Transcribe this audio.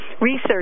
research